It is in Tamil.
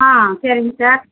ஆ சரிங்க சார்